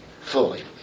Fully